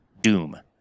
doom